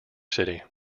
city